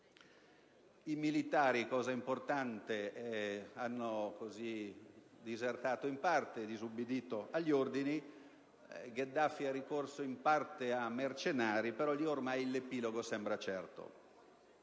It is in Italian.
I militari - aspetto importante - hanno in parte disertato, disubbidito agli ordini. Gheddafi è ricorso in parte a mercenari, però, lì, ormai, l'epilogo sembra certo.